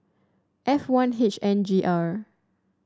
F one H N G R